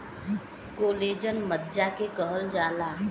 collagen मज्जा के कहल जाला